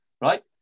Right